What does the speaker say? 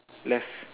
left